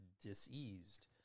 diseased